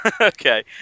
Okay